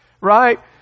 Right